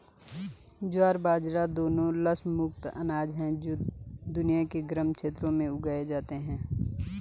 ज्वार बाजरा दोनों लस मुक्त अनाज हैं जो दुनिया के गर्म क्षेत्रों में उगाए जाते हैं